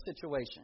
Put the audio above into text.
situation